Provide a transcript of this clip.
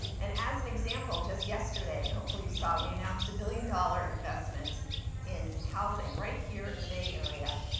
and as an example, just yesterday, hopefully you saw we announced a billion dollar investment in housing right here in the bay area,